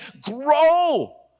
Grow